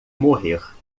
morrer